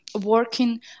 working